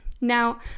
Now